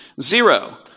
Zero